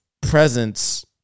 presence